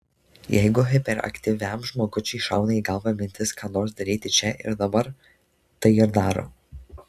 jeigu hiperaktyviam žmogučiui šauna į galvą mintis ką nors daryti čia ir dabar tai ir daro